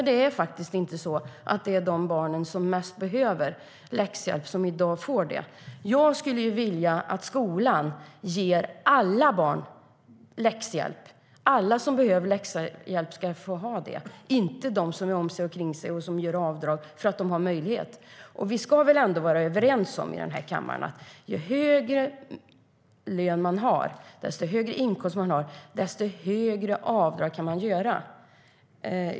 Det är faktiskt inte de barn som mest behöver läxhjälp som i dag får det. Vi ska väl ändå vara överens om i den här kammaren att ju högre inkomst man har, desto högre avdrag kan man göra.